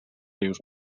rius